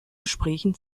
gesprächen